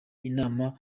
inama